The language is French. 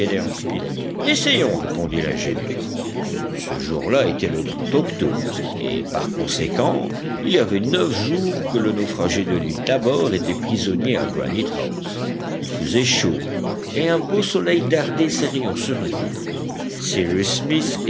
essayons répondit l'ingénieur ce jour-là était le octobre et par conséquent il y avait neuf jours que le naufragé de l'île tabor était prisonnier à granite house il faisait chaud et un beau soleil dardait ses rayons sur l'île cyrus